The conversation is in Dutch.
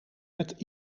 met